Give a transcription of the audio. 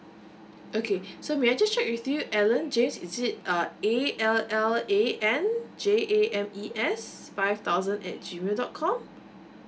okay so may I just check with you allan james is it uh A L L A N J A M E S five thousand at G mail dot com